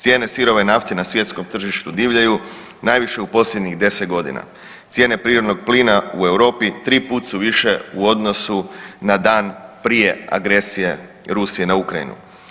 Cijene sirove nafte na svjetskom tržištu divljaju najviše u posljednjih 10.g., cijene prirodnog plina u Europi tri put su više u odnosu na dan prije agresije Rusije na Ukrajinu.